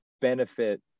benefit